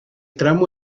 tramo